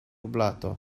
blato